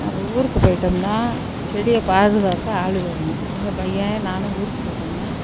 நாங்கள் ஊருக்கு போய்ட்டோம்னா செடியை பாதுகாக்க ஆள் வேணும் எங்கள் பையன் நானும் ஊருக்கு போய்ட்டோம்னா